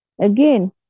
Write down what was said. Again